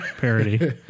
parody